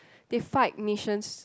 they fight missions